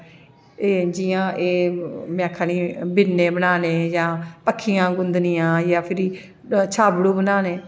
एह् जि'यां एह् में आखा नी बि'न्ने बनाने जां पक्खियां गुंदनिया जां फिरी छाबड़ू बनाने